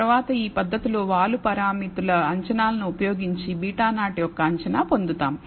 తరువాత ఈ పద్ధతిలో వాలు పారామితుల అంచనాలను ఉపయోగించి β0 యొక్క అంచనా పొందుతాం